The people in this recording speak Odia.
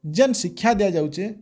ଯେନ୍ ଶିକ୍ଷା ଦିଆଯାଉଚେ